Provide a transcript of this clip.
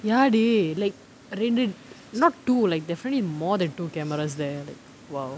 ya [deh] like ரெண்டு:rendu not two like definitely more than two cameras !wow!